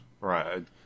Right